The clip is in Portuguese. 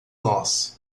nós